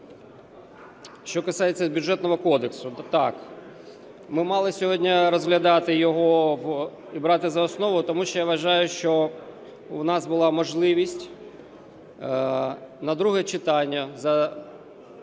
Що касається Бюджетного кодексу, так, ми мали сьогодні розглядати його і брати за основу. Тому що я вважаю, що у нас була можливість на друге читання подати